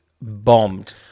bombed